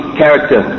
character